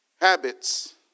Habits